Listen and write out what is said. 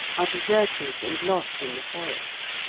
are deserted and lost in the forest.